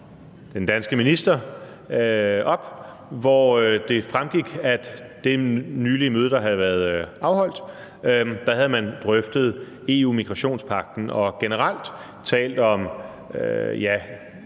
den danske minister op, hvoraf det fremgik, at man på det møde, der lige havde været afholdt, havde drøftet EU-migrationspagten og generelt talt om